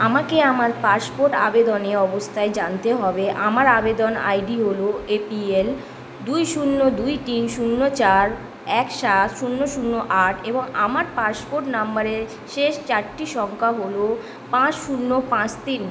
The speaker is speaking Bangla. আমাকে আমার পাসপোর্ট আবেদনের অবস্থায় জানতে হবে আমার আবেদন আইডি হলো এপিএল দুই শূন্য দুই তিন শূন্য চার এক সাত শূন্য শূন্য আট এবং আমার পাসপোর্ট নাম্বারের শেষ চারটি সংখ্যা হলো পাঁচ শূন্য পাঁচ তিন